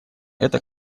эта